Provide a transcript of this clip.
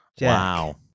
Wow